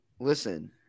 listen